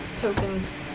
tokens